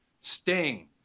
Sting